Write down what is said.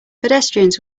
pedestrians